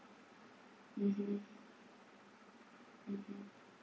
mmhmm mmhmm